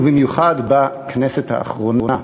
ובמיוחד בכנסת האחרונה?